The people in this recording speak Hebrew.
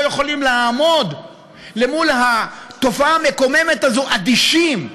יכולים לעמוד למול התופעה המקוממת הזאת אדישים.